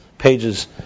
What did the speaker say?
pages